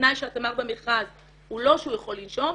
התנאי שאת אמרת במכרז הוא לא שהוא יכול לנשום.